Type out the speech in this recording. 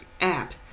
app